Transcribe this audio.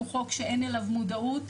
הוא חוק שאין אליו מודעות,